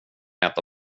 äta